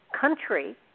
country